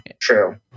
True